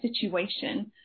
situation